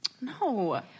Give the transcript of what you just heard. No